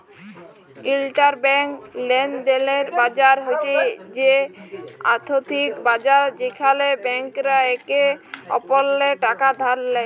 interbank লেলদেলের বাজার হছে সে আথ্থিক বাজার যেখালে ব্যাংকরা একে অপরেল্লে টাকা ধার লেয়